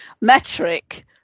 Metric